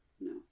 No